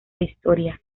historia